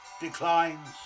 declines